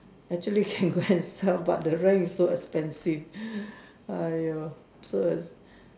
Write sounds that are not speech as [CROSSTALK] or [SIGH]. actually can go and sell but the rent is so expensive [BREATH] !aiyo! so as